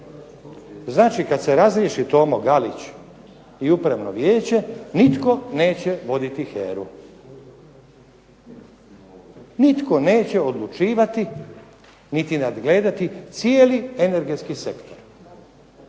Znači kada se razriješi Tomo Galić i upravno vijeće nitko neće voditi HERA-u. nitko neće odlučivati niti nadgledati cijeli energetski sektor.